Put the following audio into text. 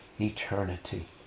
eternity